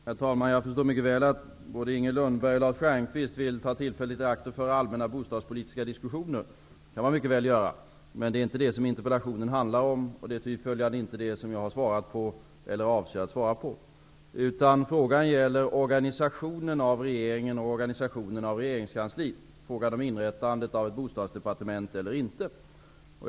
Herr talman! Jag förstår mycket väl att både Inger Lundberg och Lars Stjernkvist vill ta tillfället i akt att föra allmänna bostadspolitiska diskussioner. Det kan man mycket väl göra. Men det är inte det som interpellationen handlar om, och det är följaktligen inte sådana frågor som jag har svarat på eller avser att svara på. Interpellationen gäller organisationen av regeringen och regeringskansliet. Den handlar om huruvida ett bostadsdepartement skall inrättas eller inte.